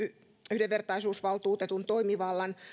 yhdenvertaisuusvaltuutetun toimivallan